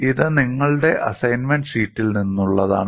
ഇത് നിങ്ങളുടെ അസൈൻമെന്റ് ഷീറ്റിൽ നിന്നുള്ളതാണ്